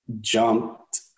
jumped